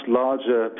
larger